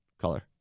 color